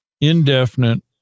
indefinite